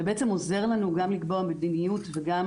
ובעצם עוזר לנו גם לקבוע מדיניות וגם